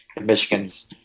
Michigan's